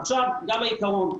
עכשיו גם העיקרון.